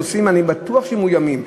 הם עושים, אני בטוח שהם מאוימים.